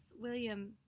William